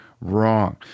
wrong